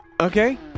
Okay